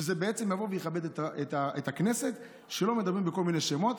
וזה בעצם יבוא ויכבד את הכנסת שלא מדברים בכל מיני שמות.